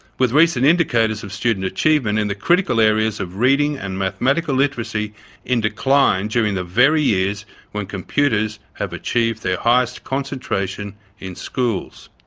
with recent indicators of student achievement in the critical areas of reading and mathematical literacy in decline during the very years when computers have achieved their highest concentration in schools.